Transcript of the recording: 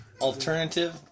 Alternative